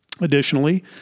Additionally